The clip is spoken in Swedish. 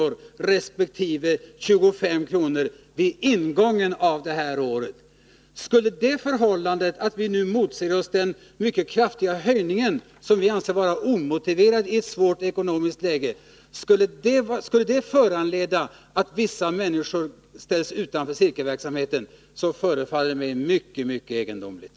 resp. 25 kr. vid ingången av det här året. Att det förhållandet att vi nu motsätter oss den mycket kraftiga höjningen, som vi anser vara omotiverad i ett svårt ekonomiskt läge, skulle föranleda att vissa människor ställs utanför cirkelverksamheten förefaller mig mycket egendomligt.